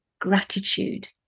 gratitude